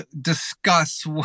discuss